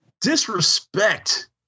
disrespect